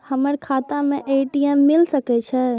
हमर खाता में ए.टी.एम मिल सके छै?